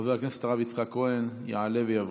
חבר הכנסת הרב יצחק כהן, יעלה ויבוא.